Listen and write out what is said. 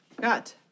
Got